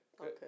Okay